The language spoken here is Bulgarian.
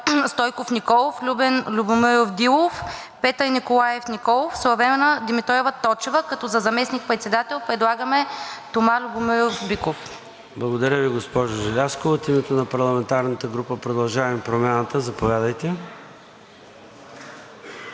Стойков Николов, Любен Любенов Дилов, Петър Николаев Николов, Славена Димитрова Точева, като за заместник-председател предлагаме Тома Любомиров Биков. ПРЕДСЕДАТЕЛ ЙОРДАН ЦОНЕВ: Благодаря Ви, госпожо Желязкова. От името на парламентарната група на „Продължаваме Промяната“? Заповядайте.